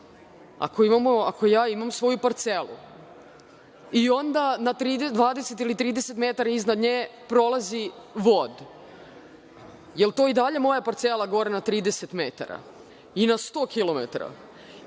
ako ja imam svoju parcelu i onda na 20 ili 30 metara iznad nje prolazi vod, jel to i dalje moja parcela gore na 30 metara? Ili na 100 km?